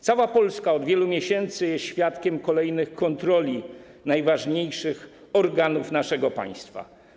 Cała Polska od wielu miesięcy jest świadkiem kolejnych kontroli najważniejszych organów naszego państwa.